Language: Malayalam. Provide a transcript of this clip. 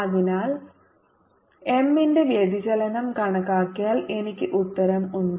അതിനാൽ M ന്റെ വ്യതിചലനം കണക്കാക്കിയാൽ എനിക്ക് ഉത്തരം ഉണ്ട്